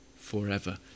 forever